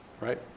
right